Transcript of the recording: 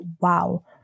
wow